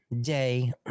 Day